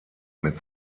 mit